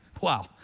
Wow